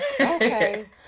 Okay